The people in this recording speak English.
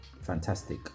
fantastic